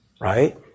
right